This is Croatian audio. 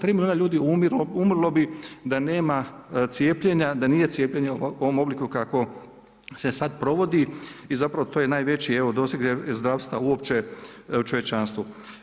Tri milijuna ljudi umrlo bi da nema cijepljenja, d a nije cijepljenje u ovom obliku kako se sada provodi i zapravo to je najveći evo doseg zdravstva uopće u čovječanstvu.